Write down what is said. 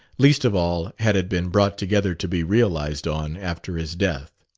least of all had it been brought together to be realized on after his death.